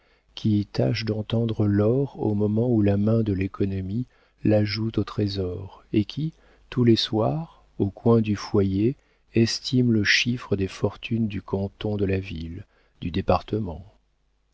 qui tâche d'entendre l'or au moment où la main de l'économie l'ajoute au trésor et qui tous les soirs au coin du foyer estime le chiffre des fortunes du canton de la ville du département